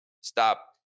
stop